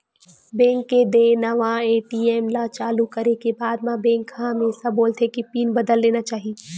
bank के देय नवा ए.टी.एम ल चालू करे के बाद म बेंक ह हमेसा बोलथे के पिन बदल लेना चाही